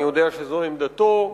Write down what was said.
אני יודע שזאת עמדתו,